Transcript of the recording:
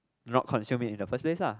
not consume it in the first place lah